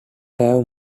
have